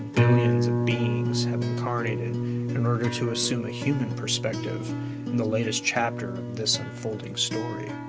billions of beings have incarnated in order to assume a human perspective in the latest chapter of this unfolding story.